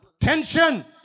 Tension